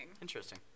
Interesting